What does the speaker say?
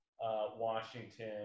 washington